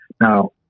Now